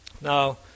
Now